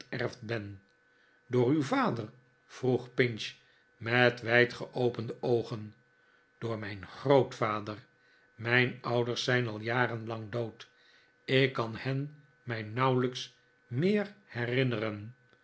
onterfd ben door uw vader vroeg pinch met wijd geopende oogen door mijn grootvader mijn ouders zijn al jarenlang dood ik kan hen mij nauwetijks meer herinneren